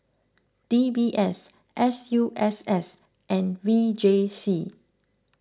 D B S S U S S and V J C